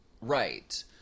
Right